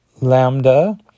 Lambda